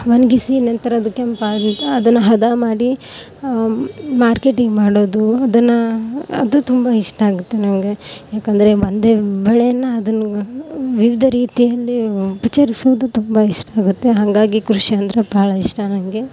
ಒಣಗಿಸಿ ನಂತರ ಅದು ಕೆಂಪಾಗಿದ್ದು ಅದನ್ನು ಹದ ಮಾಡಿ ಮಾರ್ಕೆಟಿಂಗ್ ಮಾಡೋದು ಅದನ್ನು ಅದು ತುಂಬ ಇಷ್ಟ ಆಗುತ್ತೆ ನನಗೆ ಯಾಕಂದರೆ ಒಂದೇ ಬೆಳೆನ ಅದನ್ನು ವಿವಿಧ ರೀತಿಯಲ್ಲಿ ಉಪಚರಿಸುವುದು ತುಂಬ ಇಷ್ಟ ಆಗುತ್ತೆ ಹಾಗಾಗಿ ಕೃಷಿ ಅಂದರೆ ಭಾಳ ಇಷ್ಟ ನನಗೆ